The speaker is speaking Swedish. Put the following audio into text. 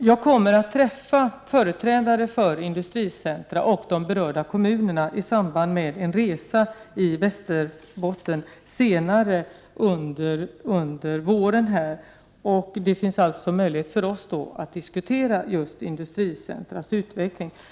Jag kommer att träffa företrädare för industricentra och de berörda kommunerna i samband med en resa i Västerbottens län senare under våren. Det finns då således möjligheter för oss att diskutera just industricentras utveckling.